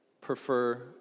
prefer